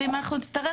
ואם אנחנו נצטרך,